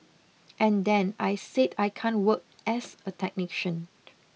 and then I said I can't work as a technician